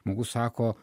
žmogus sako